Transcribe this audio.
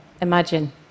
imagine